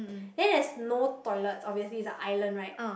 then there's no toilet obviously it's an island right